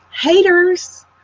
haters